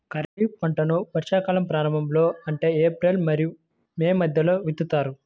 ఖరీఫ్ పంటలను వర్షాకాలం ప్రారంభంలో అంటే ఏప్రిల్ మరియు మే మధ్యలో విత్తుతారు